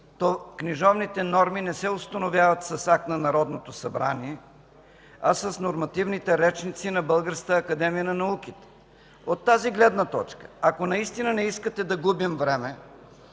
Книжовните норми не се установяват с акт на Народното събрание, а с нормативните речници на Българската академия на науките. От тази гледна точка, ако наистина не искате да губим време,